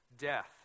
death